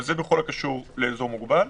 זה בכל הקשור לאזור מוגבל.